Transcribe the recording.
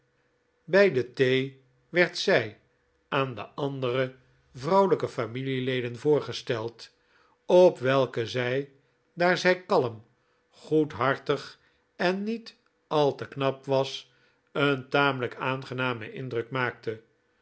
bij de thee werd zij aan de andere vrouwelijke familieleden voorgesteld op welke zij daar zij kalm goedhartig en niet al te knap was een tamelijk aangenamen indruk maakte